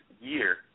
year